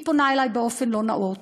היא פונה אלי באופן לא נאות,